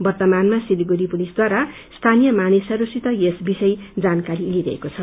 वर्तमानमा सिलगड़ी पुलिसद्वारा स्थानीय मानिसहरूसित यस विषय जानकारी लिइरहेको छ